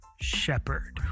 shepherd